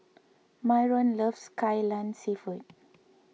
Myron loves Kai Lan Seafood